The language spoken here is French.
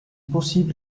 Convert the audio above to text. possible